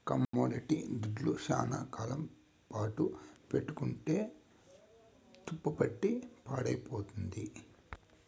commodity దుడ్లు శ్యానా కాలం పాటు పెట్టుకుంటే తుప్పుపట్టి పాడైపోతుంది